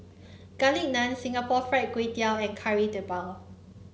Garlic Naan Singapore Fried Kway Tiao and Kari Debal